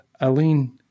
Aline